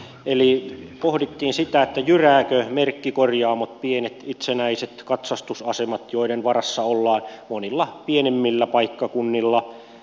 eli pohdittiin sitä jyräävätkö merkkikorjaamot pienet itsenäiset katsastusasemat joiden varassa ollaan monilla pienemmillä paikkakunnilla